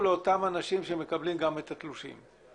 לאותם אנשים שמקבלים גם את התלושים.